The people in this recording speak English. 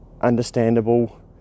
understandable